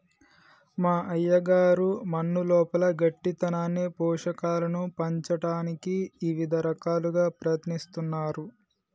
మా అయ్యగారు మన్నులోపల గట్టితనాన్ని పోషకాలను పంచటానికి ఇవిద రకాలుగా ప్రయత్నిస్తున్నారు